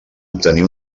obtenir